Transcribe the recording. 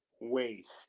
Waste